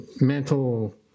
mental